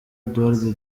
eduardo